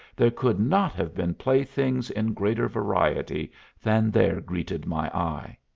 there could not have been playthings in greater variety than there greeted my eye.